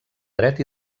dret